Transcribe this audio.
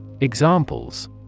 Examples